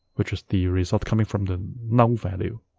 which is the result coming from the null value